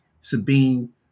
Sabine